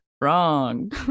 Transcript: Wrong